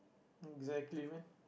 exactly man